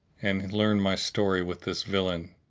and learn my story with this villain!